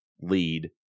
lead